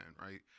right